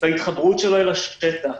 וההתחברות שלו אל השטח.